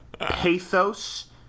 pathos